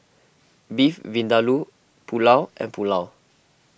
Beef Vindaloo Pulao and Pulao